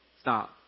stop